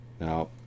Now